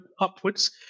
upwards